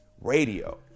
radio